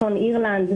צפון אירלנד,